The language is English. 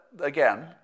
again